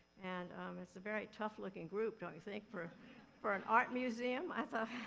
and um it's a very tough looking group, don't you think, for for an art museum? i thought,